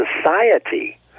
society—